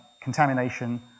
contamination